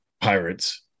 pirates